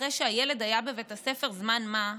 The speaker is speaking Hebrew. אחרי שהילד היה בבית הספר זמן מה,